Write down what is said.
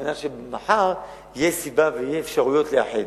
על מנת שמחר תהיה סיבה ויהיו אפשרויות לאחד.